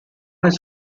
his